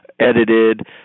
edited